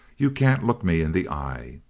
you can't look me in the eye!